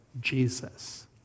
Jesus